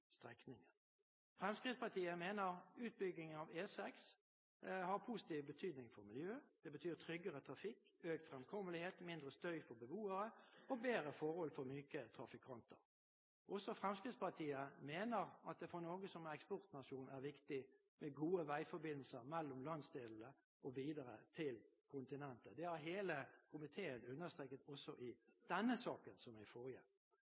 Fremskrittspartiet mener utbyggingen av E6 har positiv betydning for miljøet, det betyr tryggere trafikk, økt fremkommelighet, mindre støy for beboere og bedre forhold for myke trafikanter. Også Fremskrittspartiet mener at det for Norge som eksportnasjon er viktig med gode veiforbindelser mellom landsdelene og videre til kontinentet. Det har hele komiteen understreket også i denne saken, som i forrige.